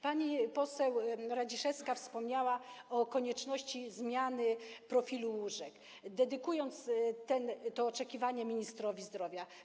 Pani poseł Radziszewska wspomniała o konieczności zmiany profilu łóżek, dedykując to oczekiwanie ministrowi zdrowia.